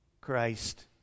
Christ